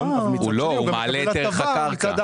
לא, הוא מעלה את ערך הקרקע.